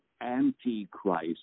Antichrist